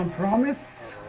um promise